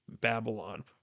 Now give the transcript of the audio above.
Babylon